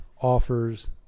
offers